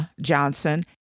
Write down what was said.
Johnson